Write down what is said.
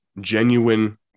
genuine